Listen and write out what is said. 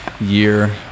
year